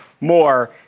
more